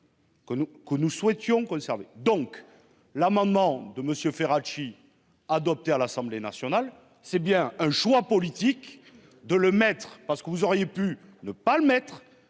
que nous souhaitions conserver donc l'amendement de monsieur Ferracci adopté à l'Assemblée nationale. C'est bien un choix politique de le mettre parce que vous auriez pu ne pas le mettre